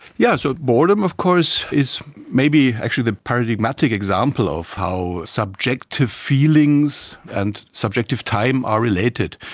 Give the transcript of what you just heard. yeah so boredom of course is maybe actually the paradigmatic example of how subjective feelings and subjective time are related,